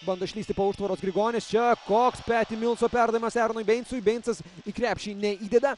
bando išlįsti po užtvaros grigonis čia koks petį milso perdavimas eronui beincui beincas į krepšį neįdeda